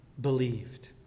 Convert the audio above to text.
believed